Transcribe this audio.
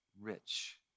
rich